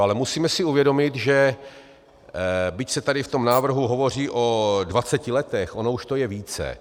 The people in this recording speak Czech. Ale musíme si uvědomit, že byť se tady v tom návrhu hovoří o dvaceti letech, ono už to je více.